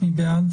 מי בעד?